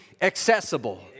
accessible